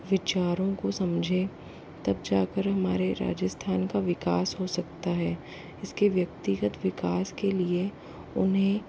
विचारों को समझे तब जाकर हमारे राजस्थान का विकास हो सकता है इसके व्यक्तिगत विकास के लिए उन्हें